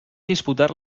disputar